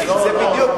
לא.